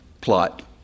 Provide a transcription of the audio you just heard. plot